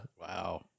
Wow